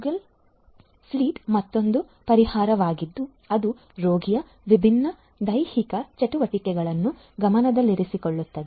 Google fit ಮತ್ತೊಂದು ಪರಿಹಾರವಾಗಿದ್ದು ಅದು ರೋಗಿಯ ವಿಭಿನ್ನ ದೈಹಿಕ ಚಟುವಟಿಕೆಗಳನ್ನು ಗಮನದಲ್ಲಿರಿಸಿಕೊಳ್ಳುತ್ತದೆ